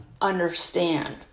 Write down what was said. understand